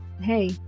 hey